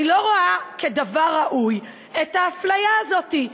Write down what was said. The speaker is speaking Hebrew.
אני לא רואה כדבר ראוי את האפליה הזאת.